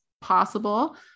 possible